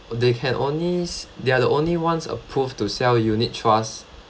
they can only s~ they are the only ones approved to sell unit trust